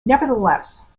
nevertheless